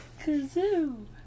Kazoo